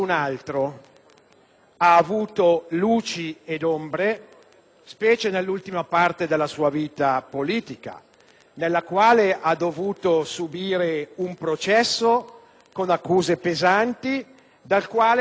ha avuto luci ed ombre, specie nell'ultima parte della sua vita politica, nella quale ha dovuto subire un processo con accuse pesanti, da cui è uscito